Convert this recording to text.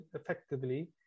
effectively